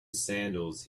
sandals